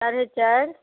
साढ़े चारि